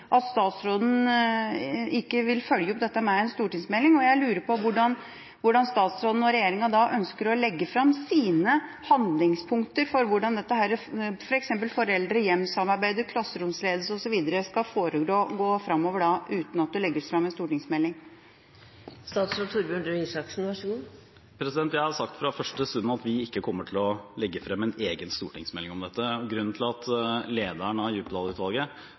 statsråden ikke vil følge opp dette med en stortingsmelding. Jeg lurer på hvordan statsråden og regjeringa da ønsker å legge fram sine handlingspunkter for hvordan dette skal foregå framover, f.eks. foreldre–hjem-samarbeidet, klasseromsledelse osv., uten at det legges fram en stortingsmelding? Jeg har sagt fra første stund at vi ikke kommer til å legge frem en egen stortingsmelding om dette. Grunnen til at lederen av